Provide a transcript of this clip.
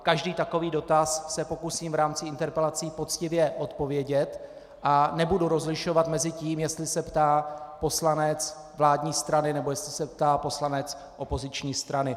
Každý takový dotaz se pokusím v rámci interpelací poctivě odpovědět a nebudu rozlišovat mezi tím, jestli se ptá poslanec vládní strany, nebo jestli se ptá poslanec opoziční strany.